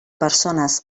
persones